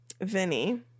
Vinny